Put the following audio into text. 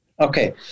Okay